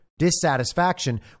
Dissatisfaction